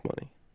money